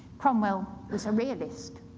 cromwell was a realist.